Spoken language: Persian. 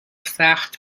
سخت